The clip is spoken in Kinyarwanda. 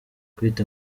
kwita